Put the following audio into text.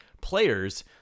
players